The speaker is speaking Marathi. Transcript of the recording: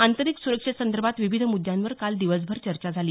आंतरिक सुरक्षेसंदर्भात विविध मुद्यांवर काल दिवसभर चर्चा झाली